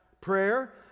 prayer